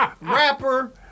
rapper